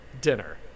dinner